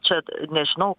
čia nežinau